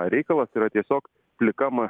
reikalas yra tiesiog plikam